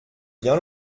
bien